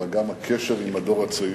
אלא גם הקשר עם הדור הצעיר,